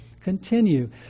continue